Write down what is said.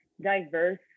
diverse